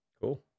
cool